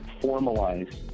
formalize